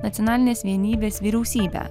nacionalinės vienybės vyriausybę